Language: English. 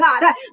God